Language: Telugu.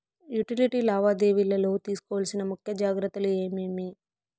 యుటిలిటీ లావాదేవీల లో తీసుకోవాల్సిన ముఖ్య జాగ్రత్తలు ఏమేమి?